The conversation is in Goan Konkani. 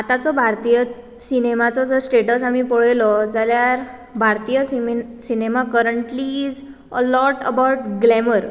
आतांचो भारतीय सिनेमाचो जर स्टेटस आमी पळयलो जाल्यार भारतीय cinema currently is a lot about glamour